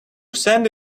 send